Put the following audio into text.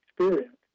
experience